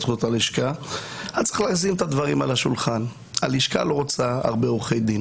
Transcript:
מסוים ולא מתאים להם עורכי דין